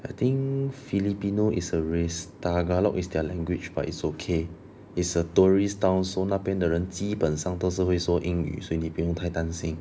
I think filipino is a race tagalog is their language but it's okay is a tourist town so 那边的人基本上都是会说英语所以你不用太担心